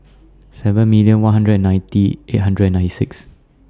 seven million one hundred and ninety eight hundred and nine six